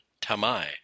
Tamai